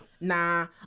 Nah